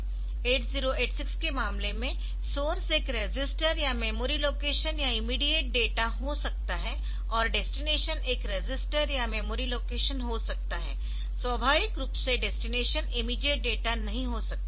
8086 के मामले में सोर्स एक रजिस्टर या मेमोरी लोकेशन या इमीडियेट डेटा हो सकता है और डेस्टिनेशन एक रजिस्टर या मेमोरी लोकेशन हो सकता है स्वाभाविक रूप से डेस्टिनेशन इमीडियेट डेटा नहीं हो सकता